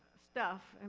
stuff,